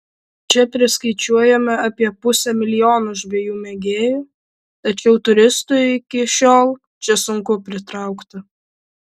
čia priskaičiuojame apie pusę milijono žvejų mėgėjų tačiau turistų iki šiol čia sunku pritraukti